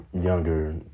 Younger